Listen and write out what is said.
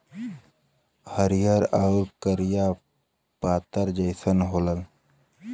हरिहर आउर करिया परत जइसन होला